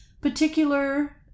particular